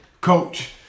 Coach